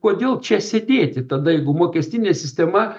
kodėl čia sėdėti tada jeigu mokestinė sistema